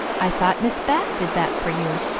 i thought miss bat did that for you.